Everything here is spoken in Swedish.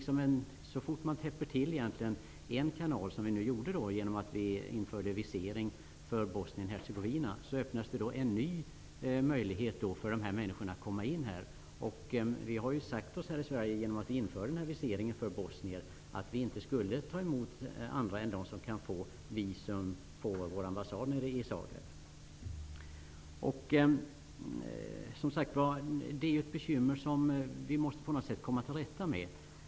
Så fort en kanal täpps till -- som nu när vi införde visering för medborgare i Bosnien-Hercegovina -- öppnas en ny möjlighet för dessa människor att komma in i landet. Genom att vi införde viseringen för bosnier har vi i Sverige sagt att vi inte skall ta emot andra än dem som kan få visum på vår ambassad nere i Zagreb. Detta är ett bekymmer som vi på något sätt måste komma till rätta med.